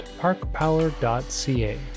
parkpower.ca